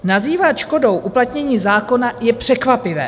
Nazývat škodou uplatnění zákona je překvapivé.